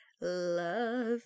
love